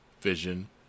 vision